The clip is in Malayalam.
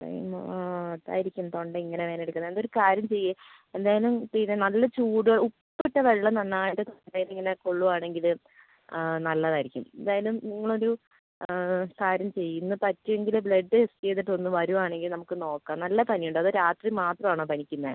ആ അതായിരിക്കും തൊണ്ട ഇങ്ങനെ വേദന എടുക്കുന്നത് എന്നാൽ ഒരു കാര്യം ചെയ്യ് എന്തായാലും പിന്നെ നല്ല ചൂട് ഉപ്പിട്ട വെള്ളം നന്നായിട്ട് അതായത് ഇങ്ങനെ കൊള്ളുവാണെങ്കിൽ നല്ലത് ആയിരിക്കും എന്തായാലും നിങ്ങൾ ഒരു കാര്യം ചെയ്യ് ഇന്ന് പറ്റുവെങ്കിൽ ബ്ലഡ് ടെസ്റ്റ് ചെയ്തിട്ട് ഒന്ന് വരുവാണെങ്കിൽ നമുക്ക് നോക്കാം നല്ല പനി ഉണ്ടോ അതോ രാത്രി മാത്രം ആണോ പനിക്കുന്നത്